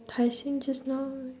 tai-seng just now